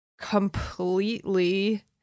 completely